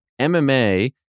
MMA